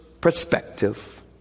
perspective